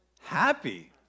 happy